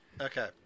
Okay